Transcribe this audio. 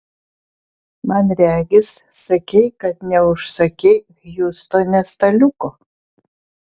man regis sakei kad neužsakei hjustone staliuko